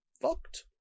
fucked